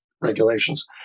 regulations